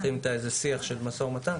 מנהלים איתה שיח של משא ומתן,